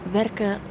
werken